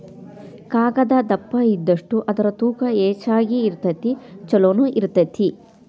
ಕಾಗದಾ ದಪ್ಪ ಇದ್ದಷ್ಟ ಅದರ ತೂಕಾ ಹೆಚಗಿ ಇರತತಿ ಚುಲೊನು ಇರತತಿ